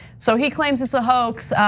so he claims it's a hoax.